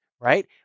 Right